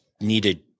needed